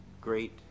great